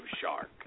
shark